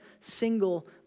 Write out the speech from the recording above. single